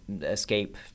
escape